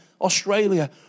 Australia